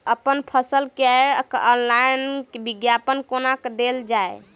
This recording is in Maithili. अप्पन फसल केँ ऑनलाइन विज्ञापन कोना देल जाए?